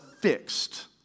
fixed